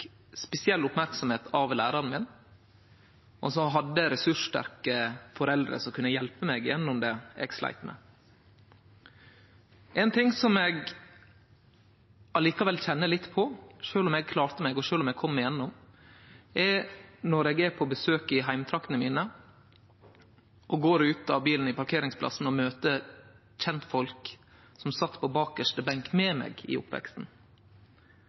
spesiell merksemd av læraren min, og som hadde ressurssterke foreldre som kunne hjelpe meg gjennom det eg sleit med. Ein ting som eg likevel kjenner litt på, sjølv om eg klarte meg og kom igjennom, er når eg er på besøk i heimtraktene mine, går ut av bilen på parkeringsplassen og møter kjensfolk som sat på bakarste benk – med meg – i oppveksten,